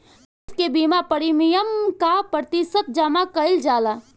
खरीफ के बीमा प्रमिएम क प्रतिशत जमा कयील जाला?